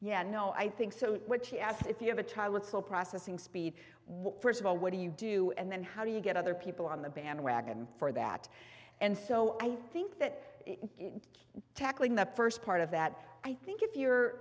yeah no i think so what she asks if you have a child still processing speed well first of all what do you do and then how do you get other people on the bandwagon for that and so i think that in tackling the first part of that i think if you're